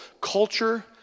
culture